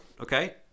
Okay